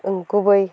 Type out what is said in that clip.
गुबै